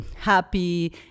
happy